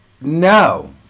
no